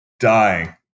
dying